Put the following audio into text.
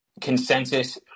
consensus